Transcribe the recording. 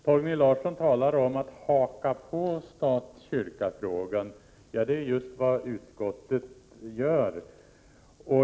Herr talman! Torgny Larsson talade om att ”haka på” stat-kyrka-frågan. Det är just vad utskottet gör.